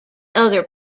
other